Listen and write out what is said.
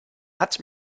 hat